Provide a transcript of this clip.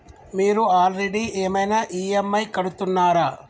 మీరు ఆల్రెడీ ఏమైనా ఈ.ఎమ్.ఐ కడుతున్నారా?